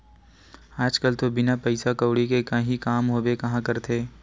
आज कल तो बिना पइसा कउड़ी के काहीं काम होबे काँहा करथे